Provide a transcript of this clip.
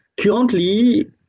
Currently